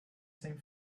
same